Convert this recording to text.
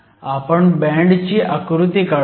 आपण बँडची आकृती काढुयात